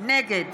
נגד